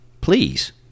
please